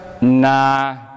nah